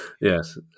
Yes